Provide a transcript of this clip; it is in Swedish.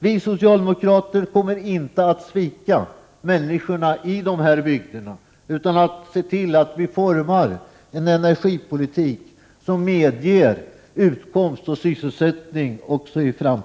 Vi socialdemokrater kommer dock inte att svika människorna i dessa bygder, utan vi skall se till att forma en energipolitik som även i framtiden medger utkomst och sysselsättning. Det är också